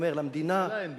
לממשלה אין פתרון.